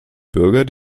bürger